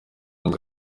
ngo